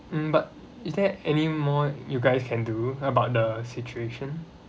mm but is there any more you guys can do about the situation